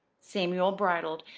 samuel bridled,